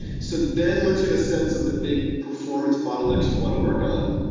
so then once you have a sense of the big performance bottlenecks you want to work on,